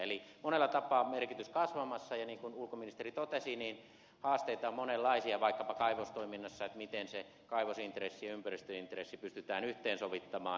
eli monella tapaa merkitys on kasvamassa ja niin kuin ulkoministeri totesi haasteita on monenlaisia vaikkapa kaivostoiminnassa se miten se kaivosintressi ja ympäristöintressi pystytään yhteensovittamaan